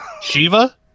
Shiva